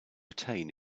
attain